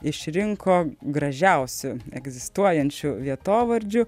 išrinko gražiausiu egzistuojančiu vietovardžiu